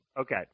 Okay